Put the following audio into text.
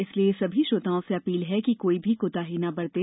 इसलिए सभी श्रोताओं से अपील है कि कोई भी कोताही न बरतें